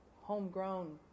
homegrown